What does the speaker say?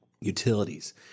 utilities